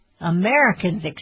Americans